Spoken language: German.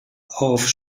auf